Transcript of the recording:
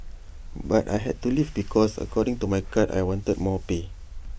but I had to leave because according to my card I wanted more pay